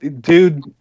dude